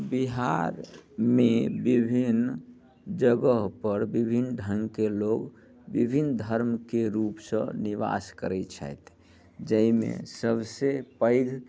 बिहारमे विभिन्न जगहपर विभिन्न ढ़ङ्गके लोग विभिन्न धर्मके रूपसँ निवास करै छथि जाहिमे सभसँ पैघ